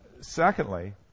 Secondly